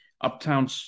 Uptown